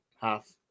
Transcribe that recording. half